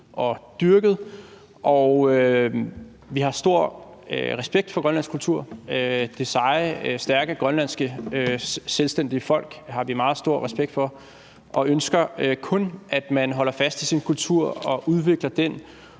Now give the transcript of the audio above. og dyrket, og vi har stor respekt for grønlandsk kultur. Det seje, stærke selvstændige grønlandske folk har vi meget stor respekt for, og vi ønsker kun, at man holder fast i sin kultur og udvikler den